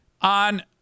on